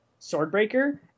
Swordbreaker